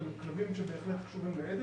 אבל הם כלבים שבהחלט קשורים לעדר.